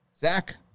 Zach